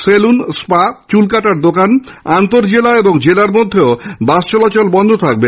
salon spa চুলকাটার দোকান আন্তঃজেলা এবং জেলার মধ্যেও বাস চলাচল বন্ধ থাকবে